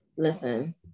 Listen